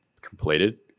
completed